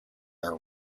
are